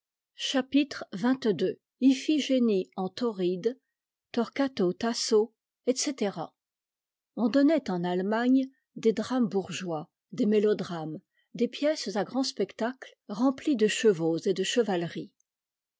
chaphre xxii iphigénie en tauride teau tas etc on donnait en attemagne des drames bourgeois des mélodrames des pièces à grand spectacle remplies de chevaux et de chevalerie